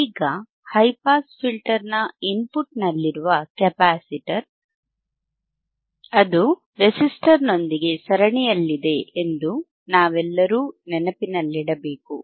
ಈಗ high pass ಫಿಲ್ಟರ್ನ ಇನ್ಪುಟ್ನಲ್ಲಿರುವ ಕೆಪಾಸಿಟರ್ ಅದು ರೆಸಿಸ್ಟರ್ನೊಂದಿಗೆ ಸರಣಿಯಲ್ಲಿದೆ ಎಂದು ನಾವೆಲ್ಲರೂ ನೆನಪಿನಲ್ಲಿಡಬೇಕು